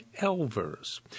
elvers